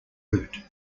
route